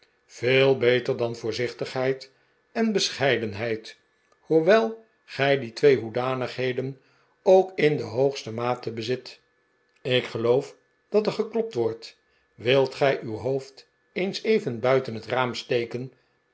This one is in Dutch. veel beter dan voofzichtigheid en bescheidenheid hoewel gij die twee hoedanigheden ook in de hoogste mate bezit ik geloof dat er geklopt wordt wilt gij uw hoofd eens even buiten het raam steken